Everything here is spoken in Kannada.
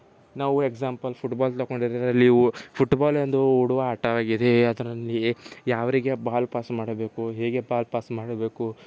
ನಾವು ಎಗ್ಸಾಂಪಲ್ ಫುಟ್ಬಾಲ್ ತೊಗೊಂಡಿದ್ದಾರೆ ಫುಟ್ಬಾಲ್ ಎಂದು ಓಡುವ ಆಟವಾಗಿದೆ ಅದರಲ್ಲಿ ಯಾರಿಗೆ ಬಾಲ್ ಪಾಸ್ ಮಾಡಬೇಕು ಹೇಗೆ ಪಾಸ್ ಮಾಡಬೇಕು